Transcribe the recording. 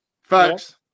Facts